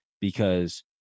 Because-